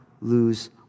lose